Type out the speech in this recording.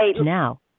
now